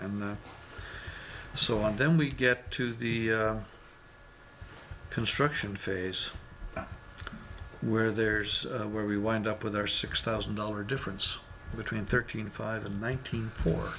and so on then we get to the construction phase where there's where we wind up with our six thousand dollar difference between thirteen five and ninety four